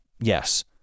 yes